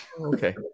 Okay